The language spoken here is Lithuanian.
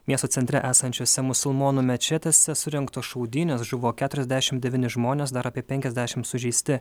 miesto centre esančiuose musulmonų mečetėse surengtos šaudynės žuvo keturiasdešim devyni žmonės dar apie penkiasdešim sužeisti